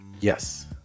yes